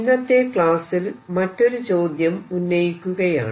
ഇന്നത്തെ ക്ലാസ്സിൽ മറ്റൊരു ചോദ്യം ഉന്നയിക്കുകയാണ്